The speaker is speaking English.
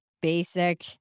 basic